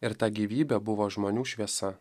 ir ta gyvybė buvo žmonių šviesa